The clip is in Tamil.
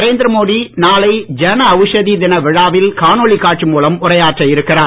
நரேந்திர மோடி நாளை ஜன அவுஷதி தின விழாவில் காணொளி காட்சி மூலம் உரையாற்ற இருக்கிறார்